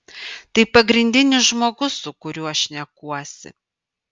tai pagrindinis žmogus su kuriuo šnekuosi